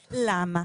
למה?